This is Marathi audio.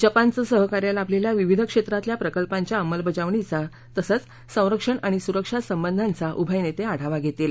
जपानचं सहाकार्य लाभलेल्या विविध क्षेत्रातल्या प्रकल्पांच्या अंमलबजावणीचा तसंच संरक्षण आणि सुरक्षा संबंधाचा उभय नेते आढावा घेतील